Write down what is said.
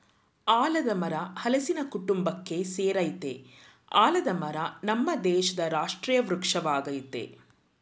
ಆಲದ್ ಮರ ಹಲ್ಸಿನ ಕುಟುಂಬಕ್ಕೆ ಸೆರಯ್ತೆ ಆಲದ ಮರ ನಮ್ ದೇಶದ್ ರಾಷ್ಟ್ರೀಯ ವೃಕ್ಷ ವಾಗಯ್ತೆ